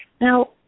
Now